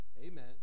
Amen